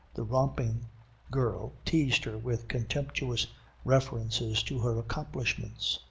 the romping girl teased her with contemptuous references to her accomplishments,